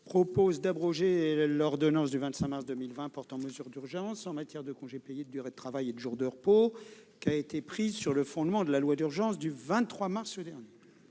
vise à abroger l'ordonnance du 25 mars 2020 portant mesures d'urgence en matière de congés payés, de durée du travail et de jours de repos, qui a été prise sur le fondement de la loi d'urgence du 23 mars.